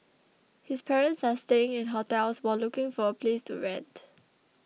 his parents are staying in hotels while looking for a place to rent